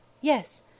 Yes